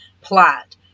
Plot